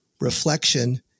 reflection